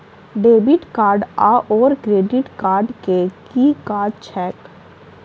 Debit card आओर credit card केँ की काज छैक?